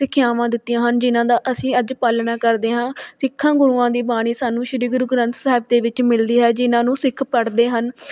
ਸਿੱਖਿਆਵਾਂ ਦਿੱਤੀਆਂ ਹਨ ਜਿਨ੍ਹਾਂ ਦਾ ਅਸੀਂ ਅੱਜ ਪਾਲਣਾ ਕਰਦੇ ਹਾਂ ਸਿੱਖਾਂ ਗੁਰੂਆਂ ਦੀ ਬਾਣੀ ਸਾਨੂੰ ਸ਼੍ਰੀ ਗੁਰੂ ਗ੍ਰੰਥ ਸਾਹਿਬ ਦੇ ਵਿੱਚ ਮਿਲਦੀ ਹੈ ਜਿਨ੍ਹਾਂ ਨੂੰ ਸਿੱਖ ਪੜ੍ਹਦੇ ਹਨ